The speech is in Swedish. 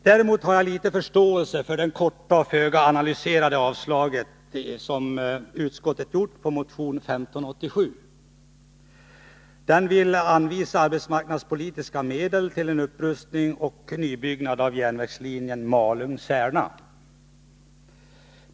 Däremot har jag liten förståelse för det korta, föga analyserande yrkandet om avslag på motion 1587, i vilken vi vill att riksdagen beslutar anvisa arbetsmarknadspolitiska medel till en upprustning och nybyggnad av järnvägslinjen Malung-Särna.